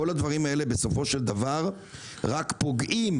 כל הדברים האלה בסופו של דבר רק פוגעים